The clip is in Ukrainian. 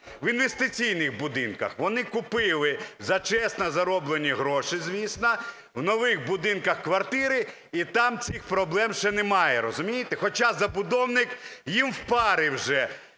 в інвестиційних будинках, вони купили за чесно зароблені гроші, звісно, в нових будинках квартири, і там цих проблем ще немає, розумієте? Хоча забудовник їм впарив вже